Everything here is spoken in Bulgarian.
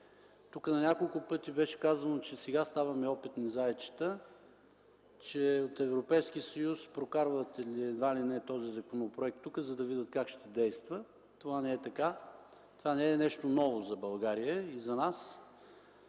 Тук на няколко пъти беше казано, че сега ставаме опитни зайчета, че от Европейския съюз прокарват едва ли не този законопроект тук, за да видят как ще действа. Това не е така, това не е нещо ново за България и за нас.